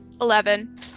Eleven